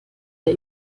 der